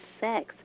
sex